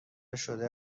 شده